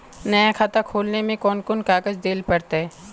नया खाता खोले में कौन कौन कागज देल पड़ते?